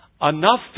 Enough